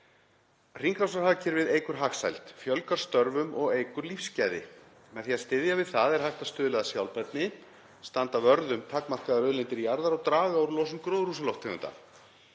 Hringrásarhagkerfið eykur hagsæld, fjölgar störfum og eykur lífsgæði. Með því að styðja við það er hægt að stuðla að sjálfbærni, standa vörð um takmarkaðar auðlindir jarðar og draga úr losun gróðurhúsalofttegunda.